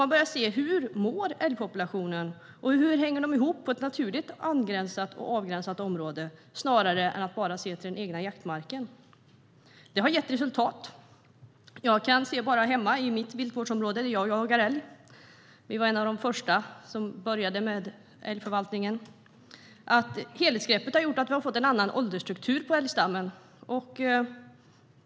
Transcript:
Man började se på hur älgpopulationerna mår och hur de hänger ihop på ett naturligt angränsande och avgränsat område snarare än att bara se till den egna jaktmarken. Det har gett resultat. Jag kan se hur det ser ut hemma i mitt viltvårdsområde, där jag jagar älg. Vi var några av de första som började med älgförvaltningen. Helhetsgreppet har gjort att vi har fått en annan åldersstruktur på älgstammen.